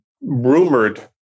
rumored